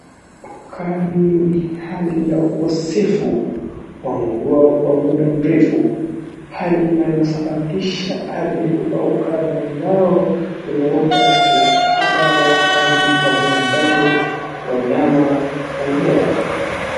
Kali hali ya ukosefu wa mvua kwa muda mrefu, hali inayosababisha ardhi kukauka na mazao kunyauka na uhaba wa maji kwa binadamu, wanyama na mimea.